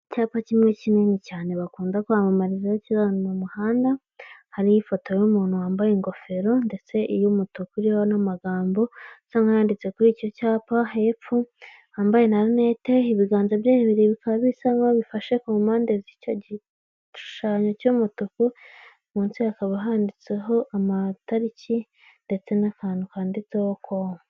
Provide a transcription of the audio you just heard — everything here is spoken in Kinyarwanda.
Icyapa kimwe kinini cyane bakunda kwamamariza kiri ahantu mu muhanda, hariho ifoto y'umuntu wambaye ingofero ndetse y'umutuku iriho n'amagambo asa nkayanditse kuri icyo cyapa hepfo wambaye na linete, ibiganza bye bibiri bikaba bisa n'aho bifashe ku mpande z'icyo gishushanyo cy'umutuku, munsi hakaba handitseho amatariki ndetse n'akantu kandiditseho komu.